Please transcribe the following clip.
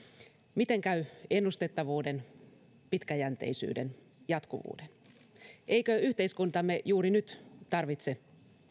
miten käy ennustettavuuden pitkäjänteisyyden jatkuvuuden eikö yhteiskuntamme juuri nyt tarvitse